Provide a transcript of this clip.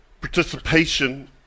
participation